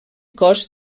cos